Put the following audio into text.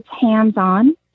hands-on